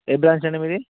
ఏ branch అండి మీది